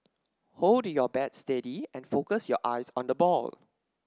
hold your bat steady and focus your eyes on the ball